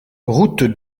route